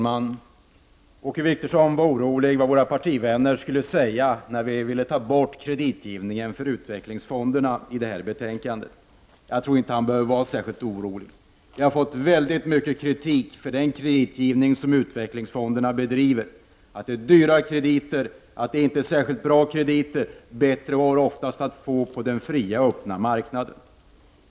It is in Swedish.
Fru talman! Åke Wictorsson var orolig för vad våra partivänner skall säga när vi vill ta bort kreditgivningen för utvecklingsfonderna. Jag tror inte att han behöver vara särskilt orolig. Vi har fått mycket kritik för den kreditgivning som utvecklingsfonderna bedriver. Man har sagt att det är dyra och inte särskilt bra krediter. Bättre finns, menar man, på den fria, öppna marknaden.